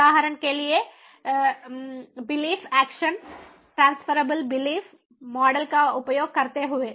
उदाहरण के लिए belief function transferable belief model का उपयोग करते हुए